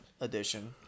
edition